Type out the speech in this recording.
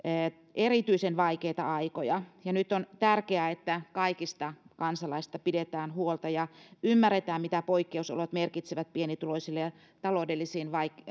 erityisen vaikeita aikoja nyt on tärkeää että kaikista kansalaisista pidetään huolta ja ymmärretään mitä poikkeusolot merkitsevät pienituloisille ja